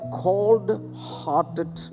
cold-hearted